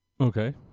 Okay